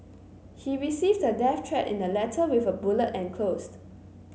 he received a death threat in a letter with a bullet enclosed